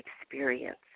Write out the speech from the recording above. experience